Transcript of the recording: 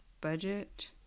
budget